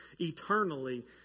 eternally